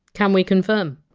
can we confirm?